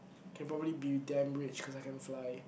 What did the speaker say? can probably be damn rich cause I can fly